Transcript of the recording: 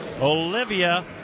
Olivia